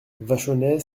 vachonnet